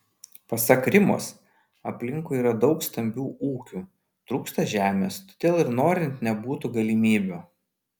pasak rimos aplinkui yra daug stambių ūkių trūksta žemės todėl ir norint nebūtų galimybių